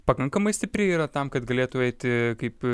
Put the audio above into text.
pakankamai stipri yra tam kad galėtų eiti kaip